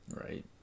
Right